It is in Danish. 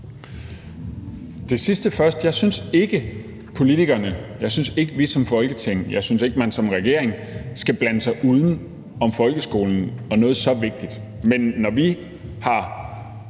Det sidste først: Jeg synes ikke, at politikerne, at vi som Folketing, at man som regering skal blande sig uden om folkeskolen og noget så vigtigt; men når vi har